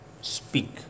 speak